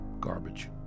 garbage